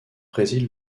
préside